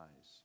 eyes